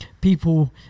People